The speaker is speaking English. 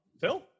Phil